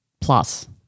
plus